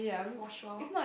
for sure